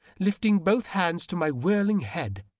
lifting both hands to my whirling head.